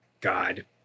God